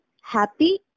happy